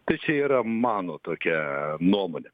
tai čia yra mano tokia nuomonė